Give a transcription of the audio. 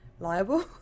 liable